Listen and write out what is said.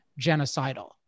genocidal